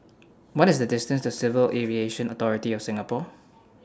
What IS The distance to Civil Aviation Authority of Singapore